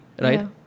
right